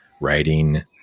writing